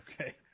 Okay